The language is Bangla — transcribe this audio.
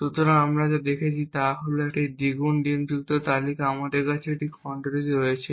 সুতরাং আমরা এখানে যা দেখেছি তা হল একটি দ্বিগুণ লিঙ্কযুক্ত তালিকা আমাদের কাছে এই খণ্ডটি রয়েছে